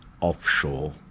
offshore